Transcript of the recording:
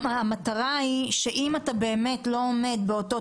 המטרה היא שאם אתה באמת לא עומד באותו